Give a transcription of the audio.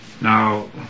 Now